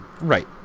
Right